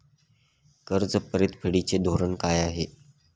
कर्ज परतफेडीचे धोरण काय आहे?